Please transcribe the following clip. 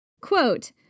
Quote